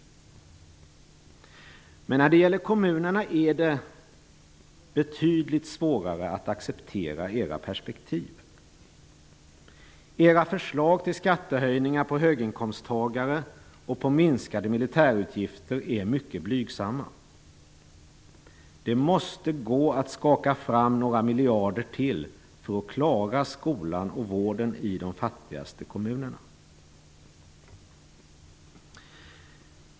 Men när det gäller kommunerna är det betydligt svårare att acceptera era perspektiv. Era förslag till skattehöjningar för höginkomsttagare och till minskade militärutgifter är mycket blygsamma. Det måste gå att skaka fram ytterligare några miljarder för att klara av skolan och vården i de fattigaste kommunerna.